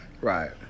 Right